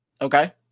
Okay